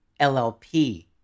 LLP